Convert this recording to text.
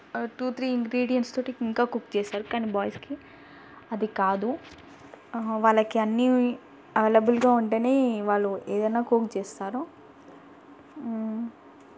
two three ఇంగ్రిడియంట్స్తో ఇంకా cook చేస్తారు కానీ బాయ్స్కి అది కాదు వాళ్ళకి అన్ని అవైలబుల్గా ఉంటేనే వాళ్ళు ఏదైనా కుక్ చేస్తారు